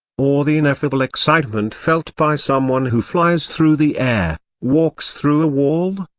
or the ineffable excitement felt by someone who flies through the air, walks through a wall,